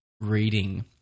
reading